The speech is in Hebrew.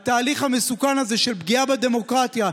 התהליך המסוכן הזה של פגיעה בדמוקרטיה,